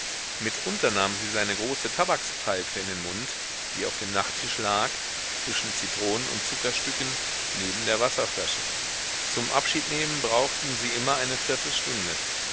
mitunter nahm sie seine große tabakspfeife in den mund die auf dem nachttisch lag zwischen zitronen und zuckerstücken neben der wasserflasche zum abschiednehmen brauchten sie immer eine viertelstunde